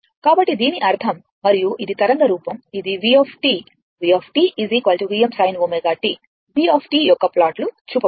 కాబట్టి దీని అర్థం మరియు ఇది తరంగ రూపం ఇది v v Vm sin ω t v యొక్క ప్లాట్లు చూపబడింది